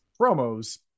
promos